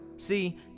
See